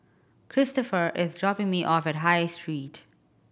Cristofer is dropping me off at High Street